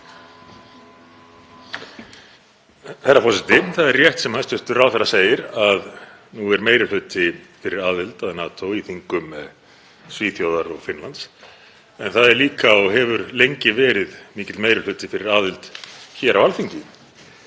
Herra forseti. Það er rétt, sem hæstv. ráðherra segir, að nú er meiri hluti fyrir aðild að NATO í þingum Svíþjóðar og Finnlands, en það er líka, og hefur lengi verið, mikill meiri hluti fyrir aðild hér á Alþingi.